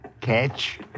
catch